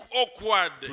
awkward